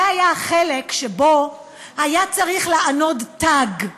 זה היה החלק שבו היה צריך לענוד תג,